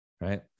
Right